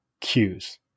cues